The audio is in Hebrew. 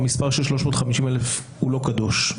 אחורה, המספר 350,000 הוא לא קדוש.